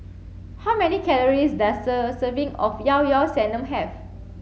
how many calories does a serving of liao liao Sanum have